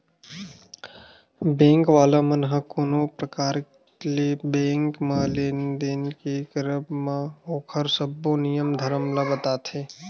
bank वाला मन ह कोनो परकार ले बेंक म लेन देन के करब म ओखर सब्बो नियम धरम ल बताथे